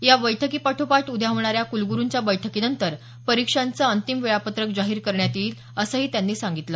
या बैठकीपाठोपाठ उद्या होणाऱ्या कुलगुरूंच्या बैठकीनंतर परीक्षांचं अंतिम वेळापत्रक जाहीर करण्यात येईल असंही सामंत यांनी सांगितलं